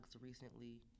recently